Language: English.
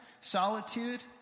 solitude